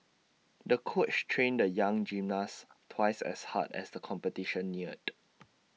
the coach trained the young gymnast twice as hard as the competition neared